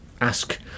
ask